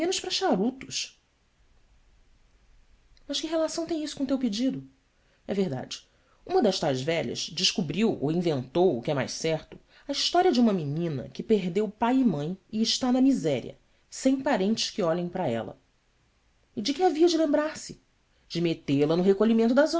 charutos as que relação tem isso com o teu pedido é verdade uma das tais velhas descobriu ou inventou o que é mais certo a história de uma menina que perdeu pai e mãe e está na miséria sem parentes que olhem para ela e de que havia de lembrar-se de metê-la no recolhimento das